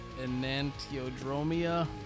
enantiodromia